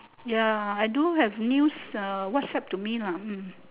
ya I don't have news uh WhatsApp to me lah hmm